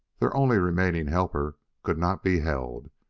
their only remaining helper, could not be held.